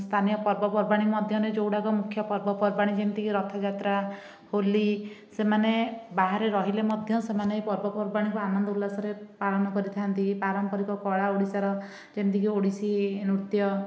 ସ୍ଥାନୀୟ ପର୍ବପର୍ବାଣୀ ମଧ୍ୟରୁ ଯେଉଁଗୁଡ଼ାକ ମୁଖ୍ୟ ପର୍ବପର୍ବାଣୀ ଯେମିତିକି ରଥଯାତ୍ରା ହୋଲି ସେମାନେ ବାହାରେ ରହିଲେ ମଧ୍ୟ ସେମାନେ ପର୍ବପର୍ବାଣୀକୁ ଆନନ୍ଦ ଉଲ୍ଲାସରେ ପାଳନ କରିଥାନ୍ତି ପାରମ୍ପରିକ କଳା ଓଡ଼ିଶାର ଯେମିତିକି ଓଡ଼ିଶୀ ନୃତ୍ୟ